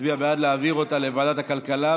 מצביע בעד להעביר אותה לוועדת הכלכלה,